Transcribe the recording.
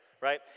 right